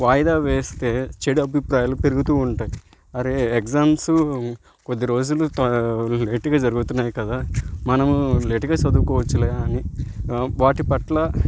వాయిదా వేస్తే చెడు అభిప్రాయాలు పెరుగుతూ ఉంటాయి అరే ఎగ్జామ్సు కొద్ది రోజులు త లేటుగా జరుగుతున్నాయి కదా మనము లేటుగా సదువుకోవచ్చులే అని వాటి పట్ల